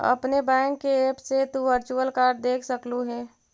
अपने बैंक के ऐप से तु वर्चुअल कार्ड देख सकलू हे